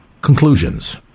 conclusions